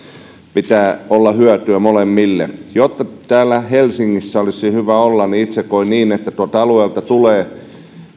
pitää olla hyötyä molemmille jotta täällä helsingissä olisi hyvä olla niin itse koen niin että tuolta alueilta tulee